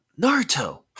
Naruto